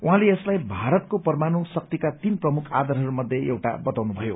उहाँले यसलाई भारतको परमाणु शक्तिका तीन प्रमुख आधारहरू मध्ये एउटा बताउनुभयो